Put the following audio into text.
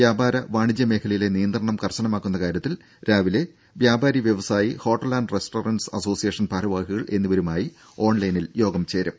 വ്യാപാര വാണിജ്യ മേഖലയിലെ നിയന്ത്രണം കർശനമാക്കുന്ന കാര്യത്തിൽ രാവിലെ വ്യാപാരി വ്യവസായി ഹോട്ടൽ റെസ്റ്റൊറന്റ്സ് അസോസിയേഷൻ ഭാരവാഹികൾ എന്നിവരുമായി ഓൺലൈനിൽ യോഗം ചേരും